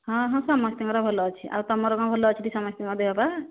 ହଁ ହଁ ସମସ୍ତଙ୍କର ଭଲ ଅଛି ଆଉ ତୁମର କ'ଣ ଭଲ ଅଛି ଟି ସମସ୍ତଙ୍କର ଦେହ ପା